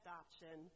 option